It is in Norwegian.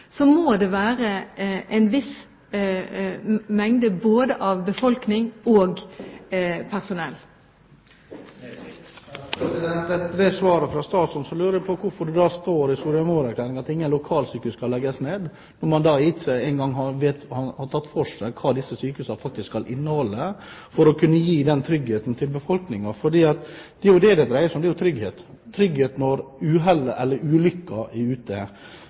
det må være en viss mengde av både befolkning og personell. Etter svaret fra statsråden lurer jeg på hvorfor det da står i Soria Moria-erklæringen at ingen lokalsykehus skal legges ned, for man har jo ikke engang tatt for seg hva disse sykehusene faktisk skal tilby for å gi trygghet til befolkningen, for det er jo trygghet det dreier seg om – trygghet når uhellet eller ulykken er ute. Det er jo det som svært mange etterspør, særlig når